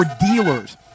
dealers